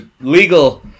legal